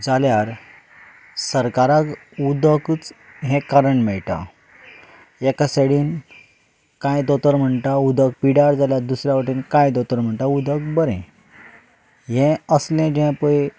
जाल्यार सरकाराक उदकच हें कारण मेळटा एका सायडीन कांय दोतोर म्हणटा उदक पिड्यार जाल्यार दुसऱ्या वाटेन कांय दोतोर म्हणटात उदक बरें हें असलें जें पळय